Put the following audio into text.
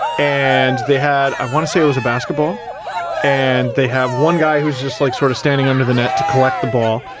and they had i want to say it was a basketball and they have one guy who's just like sort of standing under the net to collect the ball,